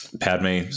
Padme